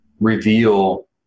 reveal